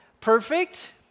perfect